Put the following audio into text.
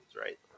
right